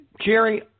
Jerry